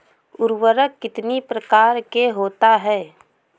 उर्वरक कितनी प्रकार के होता हैं?